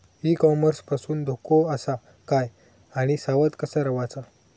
E commerce पासून धोको आसा काय आणि सावध कसा रवाचा?